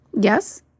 Yes